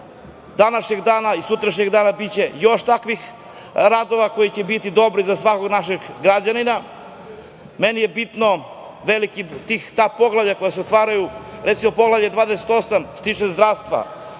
dana i sutrašnjeg dana biće još takvih radova koji će biti dobri za svakog našeg građanina. Meni je bitno da ta poglavlja koja se otvaraju, recimo Poglavlje 28 koje se tiče zdravstva,